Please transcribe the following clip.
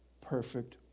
perfect